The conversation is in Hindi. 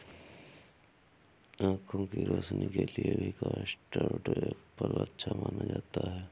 आँखों की रोशनी के लिए भी कस्टर्ड एप्पल अच्छा माना जाता है